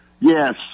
Yes